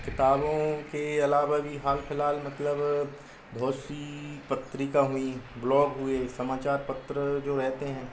किताबों के अलावा भी हाल फिलहाल मतलब बहुत सी पत्रिका हुईं ब्लॉग हुए समाचार पत्र जो रहते हैं